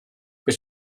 but